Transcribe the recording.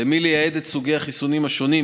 למי לייעד את סוגי החיסונים השונים,